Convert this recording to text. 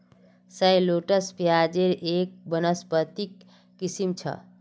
shallots प्याज़ेर एक वानस्पतिक किस्म छ